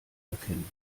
erkennen